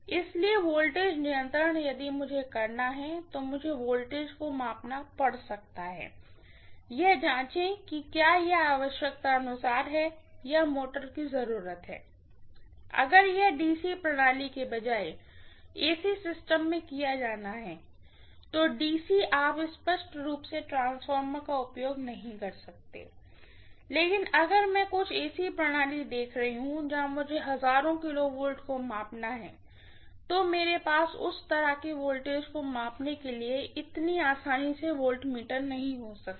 इसलिए वोल्टेज नियंत्रण यदि मुझे करना है तो मुझे वोल्टेज को मापना पड़ सकता है यह जांचें कि क्या यह आवश्यकतानुसार है या मोटर की जरूरत क्या है अगर यह DC प्रणाली के बजाय AC सिस्टम में किया जाना है तो DC आप स्पष्ट रूप से ट्रांसफार्मर का उपयोग नहीं कर सकते हैं लेकिन अगर मैं कुछ AC प्रणाली देख रही हूँ जहां मुझे हजारों किलोवोल्ट को मापना है तो मेरे पास उस तरह के वोल्टेज को मापने के लिए इतनी आसानी से वोल्टमीटर नहीं हो सकता है